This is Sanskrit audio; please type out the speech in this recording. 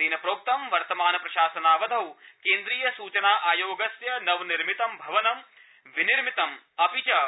तेन प्रोक्तं वर्तमान प्रशासनावधौ केन्द्रीय सूचना आयोगस्य नवनिर्मित भवनं निर्मितम् अपि च